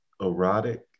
erotic